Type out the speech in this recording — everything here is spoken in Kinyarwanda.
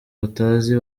batazi